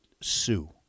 Sue